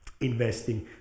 investing